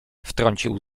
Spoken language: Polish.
wtrącił